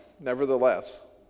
nevertheless